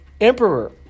emperor